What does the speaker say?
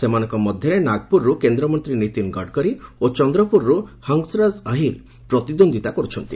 ସେମାନଙ୍କ ମଧ୍ୟରେ ନାଗପ୍ରରର୍ତ୍ତ କେନ୍ଦ୍ରମନ୍ତ୍ରୀ ନୀତିନ ଗଡକରୀ ଓ ଚନ୍ଦ୍ରପୁରରୁ ହଂସରାଜ ଅହିର ପ୍ରତିଦ୍ୱନ୍ଦିତା କରୁଛନ୍ତି